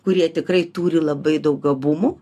kurie tikrai turi labai daug gabumų